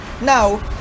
now